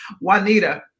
Juanita